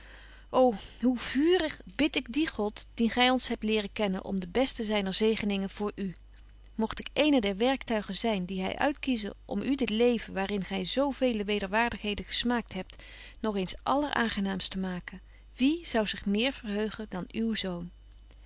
ô hoe vuurig bid ik dien god dien gy ons betje wolff en aagje deken historie van mejuffrouw sara burgerhart hebt leren kennen om de beste zyner zegeningen voor u mogt ik eene der werktuigen zyn die hy uitkieze om u dit leven waar in gy zo veele wederwaardigheden gesmaakt hebt nog eens alleraangenaamst te maken wie zou zich meer verheugen dan uw zoon